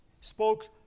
spoke